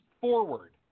forward